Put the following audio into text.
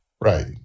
right